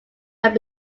had